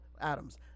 Adams